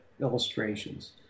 illustrations